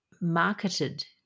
marketed